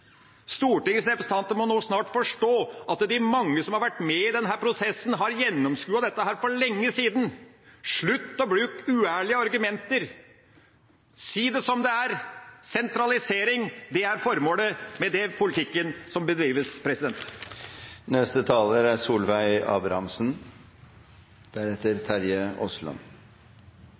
Stortingets representanter må nå snart forstå at de mange som har vært med i denne prosessen, har gjennomskuet dette for lenge sida. Slutt å bruke uærlige argumenter – si det som det er, sentralisering er formålet med den politikken som bedrives.